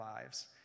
lives